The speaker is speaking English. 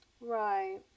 right